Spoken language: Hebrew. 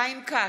חיים כץ,